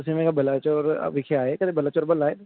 ਤੁਸੀਂ ਮੈਂ ਕਿਹਾ ਬਲਾਚੌਰ ਵਿਖੇ ਆਏ ਕਦੇ ਬਲਾਚੌਰ ਵੱਲ ਆਏ